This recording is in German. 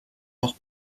noch